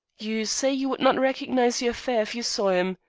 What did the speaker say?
you say you would not recognize your fare if you saw him,